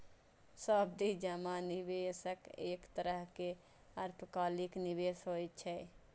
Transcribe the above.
सावधि जमा निवेशक एक तरहक अल्पकालिक निवेश होइ छै